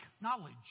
knowledge